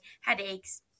headaches